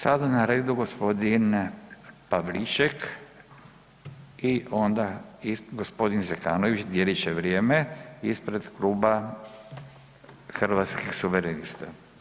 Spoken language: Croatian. Sada je na redu gospodin Pavliček i onda gospodin Zekanović, dijelit će vrijeme ispred Kluba Hrvatskih suverenista.